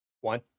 one